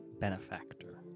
benefactor